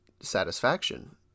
satisfaction